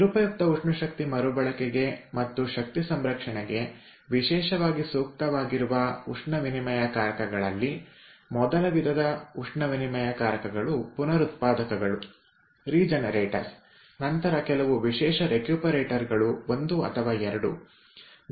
ನಿರುಪಯುಕ್ತ ಉಷ್ಣ ಶಕ್ತಿ ಮರುಬಳಕೆಗೆ ಮತ್ತು ಶಕ್ತಿ ಸಂರಕ್ಷಣೆಗೆ ವಿಶೇಷವಾಗಿ ಸೂಕ್ತವಾಗಿರುವ ಉಷ್ಣವಿನಿಮಯಕಾರಕಗಳಲ್ಲಿ ಮೊದಲ ವಿಧದ ಉಷ್ಣ ವಿನಿಮಯಕಾರಕಗಳು ಪುನರುತ್ಪಾದಕಗಳು ನಂತರ ಕೆಲವು ವಿಶೇಷ ರೆಕ್ಯೂಪರೇಟರ್ಗಳು 1 ಅಥವಾ 2